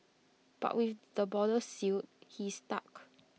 but with the borders sealed he's stuck